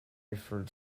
referred